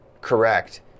Correct